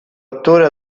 attore